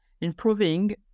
Improving